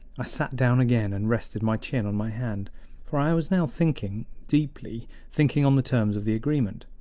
i sat down again and rested my chin on my hand for i was now thinking deeply thinking on the terms of the agreement.